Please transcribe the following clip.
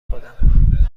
خودم